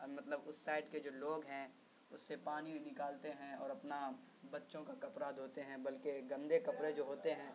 مطلب اس سائڈ کے جو لوگ ہیں اس سے پانی نکالتے ہیں اور اپنا بچوں کا کپڑا دھوتے ہیں بلکہ گندے کپڑے جو ہوتے ہیں